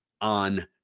on